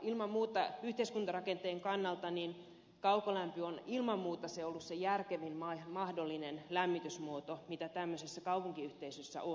ilman muuta yhteiskuntarakenteen kannalta kaukolämpö on ollut se järkevin mahdollinen lämmitysmuoto mitä tämmöisessä kaupunkiyhteisössä on